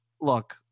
look